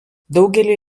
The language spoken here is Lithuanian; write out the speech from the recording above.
daugelį